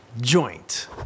Joint